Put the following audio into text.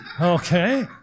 okay